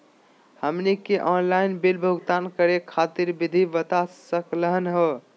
हमनी के online bill भुगतान करे खातीर विधि बता सकलघ हो?